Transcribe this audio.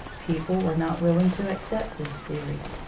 people were not willing to accept this theory.